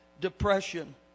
depression